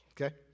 Okay